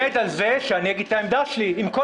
איציק, עם כל